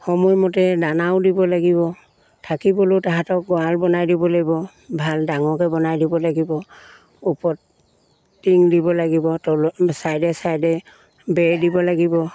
সময়মতে দানাও দিব লাগিব থাকিবলৈও তাহাঁতক গঁৰাল বনাই দিব লাগিব ভাল ডাঙৰকে বনাই দিব লাগিব ওপৰত টিং দিব লাগিব তলত ছাইডে ছাইডে বেৰ দিব লাগিব